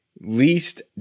least